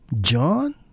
John